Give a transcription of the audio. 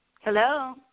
Hello